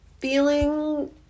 feeling